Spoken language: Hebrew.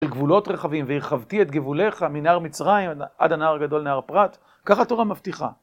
גבולות רחבים והרחבתי את גבוליך מנער מצרים עד הנהר הגדול נהר הפרת ככה התורה מבטיחה